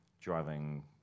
driving